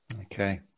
okay